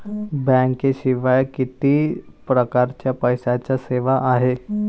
बँकेशिवाय किती परकारच्या पैशांच्या सेवा हाय?